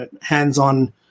hands-on